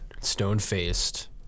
stone-faced